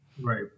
Right